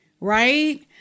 Right